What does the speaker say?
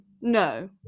no